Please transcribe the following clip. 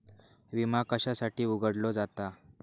विमा कशासाठी उघडलो जाता?